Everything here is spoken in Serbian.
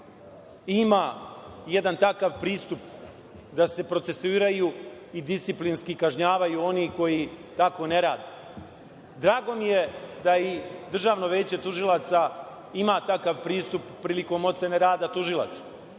ima jedan takav pristup da se procesuiraju i disciplinski kažnjavaju oni koji tako ne rade. Drago mi je da i Državno veće tužilaca ima takav pristup prilikom ocene rada tužilaca.